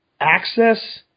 access